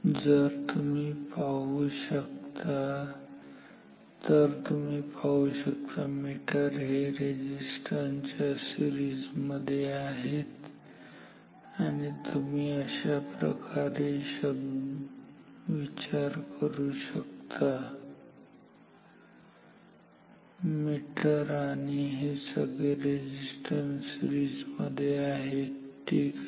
तर तुम्ही पाहू शकता मीटर आणि हे रेझिस्टन्स सिरीज मध्ये आहेत आणि तुम्ही अशा प्रकारे शब्द विचार करू शकता मीटर आणि हे सगळे रेझिस्टन्स सीरिजमध्ये आहेत ठीक आहे